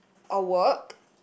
or work